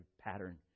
pattern